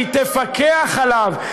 שהיא תפקח עליו,